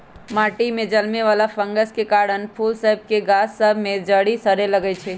माटि में जलमे वला फंगस के कारन फूल सभ के गाछ सभ में जरी सरे लगइ छै